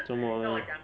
做么 leh